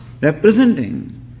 representing